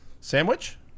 sandwich